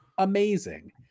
amazing